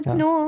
no